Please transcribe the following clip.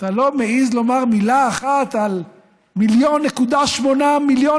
אתה לא מעז להגיד מילה אחת על 1.8 מיליון